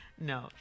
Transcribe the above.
No